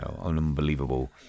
unbelievable